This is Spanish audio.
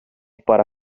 para